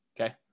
okay